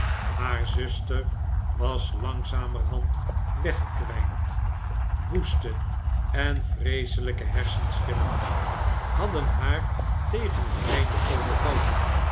haar zuster was langzamerhand weggekwpd woeste en vreeselyke hersenschimmen hadden haartegen het einde overvallen